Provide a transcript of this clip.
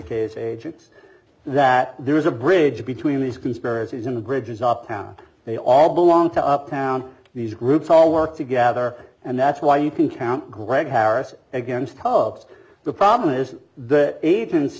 case agents that there is a bridge between these conspiracies in the bridges up town they all belong to uptown these groups all work together and that's why you can count greg harris against hopes the problem is that agents